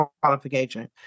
qualification